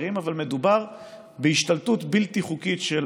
אחרים אבל מדובר בהשתלטות בלתי חוקית של